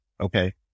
Okay